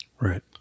Right